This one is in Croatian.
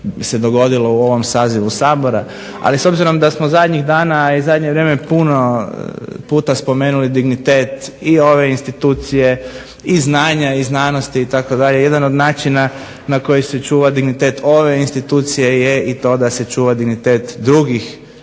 se dogodilo u ovom sazivu Sabora, ali s obzirom da smo zadnjih dana i zadnje vrijeme puno puta spomenuli dignitet i ove institucije i znanja i znanosti itd., jedan od načina na koji se čuva dignitet ove institucije je i to da se čuva dignitet drugih